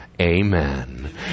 Amen